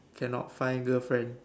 cannot find girlfriend